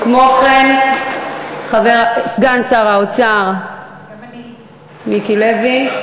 כמו כן, סגן שר האוצר מיקי לוי.